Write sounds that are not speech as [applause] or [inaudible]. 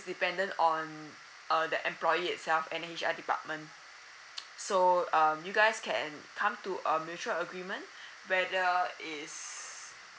dependent on uh the employee itself and the H_R department [noise] so um you guys can come to a mutual agreement whether is